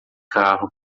carro